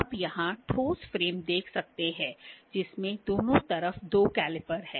आप यहां ठोस फ्रेम देख सकते हैं जिसमें दोनों तरफ दो कैलिपर हैं